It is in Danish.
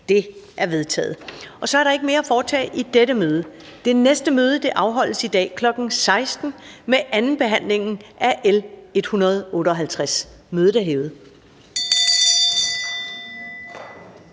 (Karen Ellemann): Der er ikke mere at foretage i dette møde. Det næste møde afholdes i dag kl. 16.00 med andenbehandlingen af L 158. Mødet er hævet.